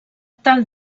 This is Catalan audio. tal